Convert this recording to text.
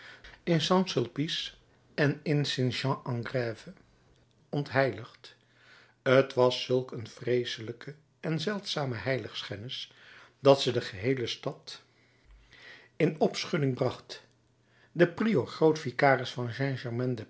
in st sulpice en in st jean en grève ontheiligd t was zulk een vreeselijke en zeldzame heiligschennis dat ze de geheele stad in opschudding bracht de prior groot vicaris van